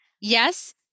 Yes